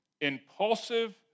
impulsive